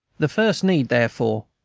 the first need, therefore,